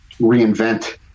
reinvent